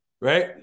right